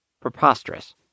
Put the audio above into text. preposterous